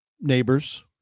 neighbors